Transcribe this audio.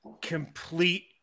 complete